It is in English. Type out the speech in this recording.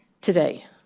today